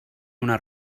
una